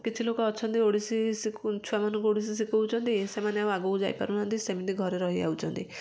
କିଛି ଲୋକ ଅଛନ୍ତି ଓଡ଼ିଶୀ ସି କୁ ଛୁଆ ମାନଙ୍କୁ ଓଡ଼ିଶୀ ଶିକଉଛନ୍ତି ସେମାନେ ଆଉ ଆଗକୁ ଯାଇପାରୁନାହାଁନ୍ତି ସେମିତି ଘରେ ରହିଯାଉଛନ୍ତି